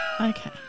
Okay